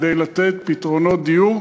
כדי לתת פתרונות דיור.